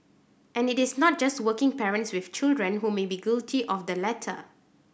and it is not just working parents with children who may be guilty of the latter